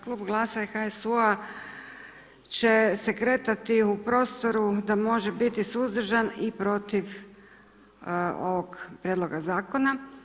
Klub GLAS-a i HSU-a će se kretati u prostoru da može biti suzdržan i protiv ovog prijedloga zakona.